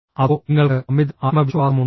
അതോ നിങ്ങൾക്ക് അമിത ആത്മവിശ്വാസമുണ്ടോ